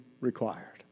required